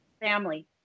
family